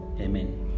Amen